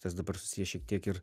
tas dabar susijęs šiek tiek ir